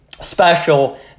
special